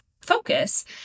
focus